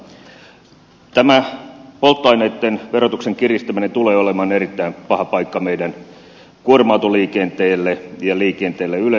tämä polttoaineitten verotuksen kiristäminen tulee olemaan erittäin paha paikka meidän kuorma autoliikenteellemme ja liikenteelle yleensäkin